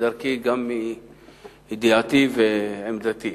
כדרכי גם מידיעתי ועמדתי.